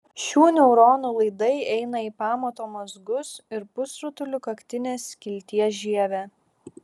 šių neuronų laidai eina į pamato mazgus ir pusrutulių kaktinės skilties žievę